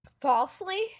falsely